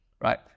right